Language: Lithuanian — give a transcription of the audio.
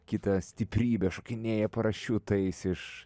kitą stiprybę šokinėja parašiutais iš